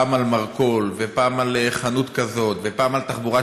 פעם על מרכול ופעם על חנות כזאת ופעם על תחבורה